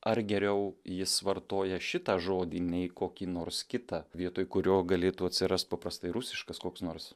ar geriau jis vartoja šitą žodį nei kokį nors kitą vietoj kurio galėtų atsirast paprastai rusiškas koks nors